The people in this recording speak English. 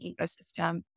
ecosystem